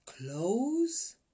clothes